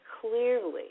clearly